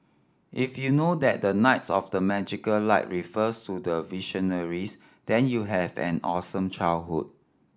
if you know that the knights of the magical light refers to the Visionaries then you had an awesome childhood